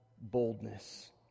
boldness